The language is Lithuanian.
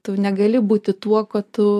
tu negali būti tuo kuo tu